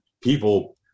people